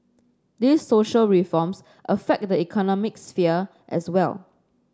these social reforms affect the economic sphere as well